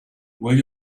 will